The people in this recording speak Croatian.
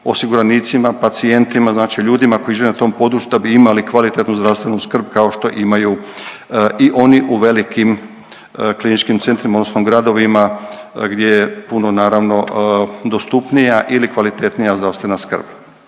osiguranicima, pacijentima, znači ljudima koji žive na tom području da bi imali kvalitetnu zdravstvenu skrb kao što imaju i oni u velikim kliničkim centrima, odnosno gradovima gdje je puno naravno dostupnija ili kvalitetnija zdravstvena skrb.